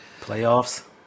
playoffs